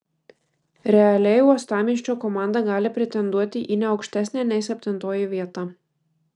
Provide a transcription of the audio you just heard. realiai uostamiesčio komanda gali pretenduoti į ne aukštesnę nei septintoji vieta